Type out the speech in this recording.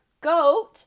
Goat